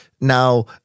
Now